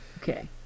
Okay